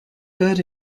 good